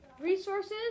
Resources